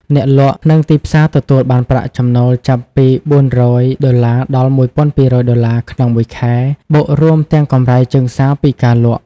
អ្នកលក់ និងទីផ្សារទទួលបានប្រាក់ចំណូលចាប់ពី ៤០០ ដុល្លារ ដល់ ១,២០០ ដុល្លារ ក្នុងមួយខែ បូករួមទាំង កម្រៃជើងសារពីការលក់។